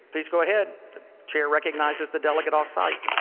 please go ahead. the chair recognizes the delegate off site.